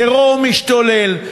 טרור משתולל,